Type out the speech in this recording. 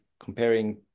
Comparing